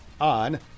on